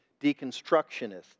deconstructionists